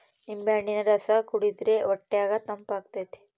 ನಿಂಬೆಹಣ್ಣಿನ ರಸ ಕುಡಿರ್ದೆ ಹೊಟ್ಯಗ ತಂಪಾತತೆ